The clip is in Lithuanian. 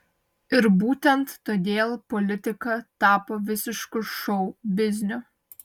ir būtent todėl politika tapo visišku šou bizniu